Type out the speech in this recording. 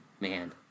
Man